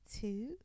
two